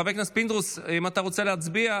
חבר הכנסת פינדרוס, אם אתה רוצה להצביע.